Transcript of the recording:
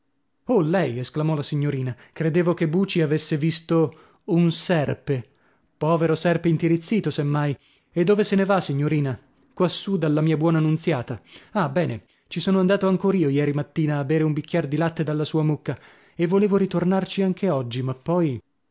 oh lei esclamò la signorina credevo che buci avesse visto un serpe povero serpe intirizzito se mai e dove se ne va signorina quassù dalla mia buona nunziata ah bene ci sono andato ancor io ieri mattina a bere un bicchier di latte della sua mucca e volevo ritornarci anche oggi ma poi